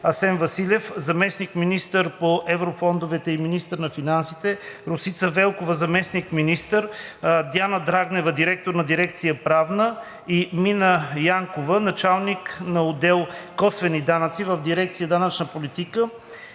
Асен Василев – заместник министър-председател по еврофондовете и министър на финансите, Росица Велкова – заместник-министър, Диана Драгнева – директор на дирекция „Правна“, и Мина Янкова – началник на отдел „Косвени данъци“ в дирекция „Данъчна политика“,